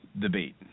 debate